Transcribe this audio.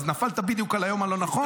אז נפלת בדיוק על היום הלא-נכון,